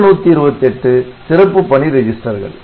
மற்ற 128 சிறப்பு பணி ரெஜிஸ்டர்கள்